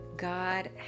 God